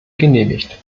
genehmigt